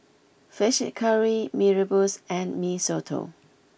Fish Head Curry Mee Rebus and Mee Soto